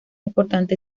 importante